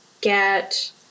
get